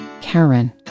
Karen